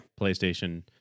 PlayStation